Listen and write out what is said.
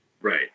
Right